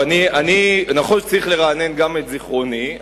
נכון שצריך לרענן גם את זיכרוני,